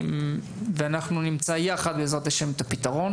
אנחנו נמצא יחד את הפתרון.